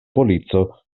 polico